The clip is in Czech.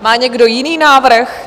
Má někdo jiný návrh?